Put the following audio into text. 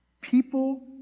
People